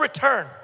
Return